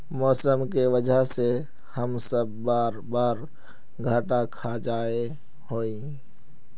मौसम के वजह से हम सब बार बार घटा खा जाए हीये?